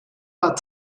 pas